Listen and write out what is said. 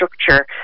structure